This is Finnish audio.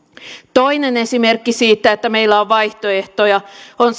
toinen esimerkki siitä että meillä on vaihtoehtoja on